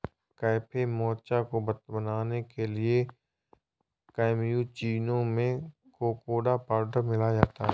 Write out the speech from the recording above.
cafe mocha को बनाने के लिए कैप्युचीनो में कोकोडा पाउडर मिलाया जाता है